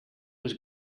was